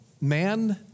Man